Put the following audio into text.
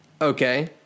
Okay